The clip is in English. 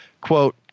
Quote